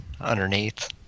underneath